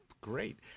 Great